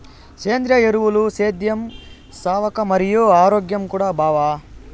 సేంద్రియ ఎరువులు సేద్యం సవక మరియు ఆరోగ్యం కూడా బావ